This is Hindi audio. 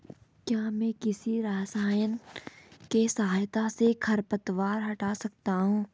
क्या मैं किसी रसायन के सहायता से खरपतवार हटा सकता हूँ?